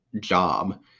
job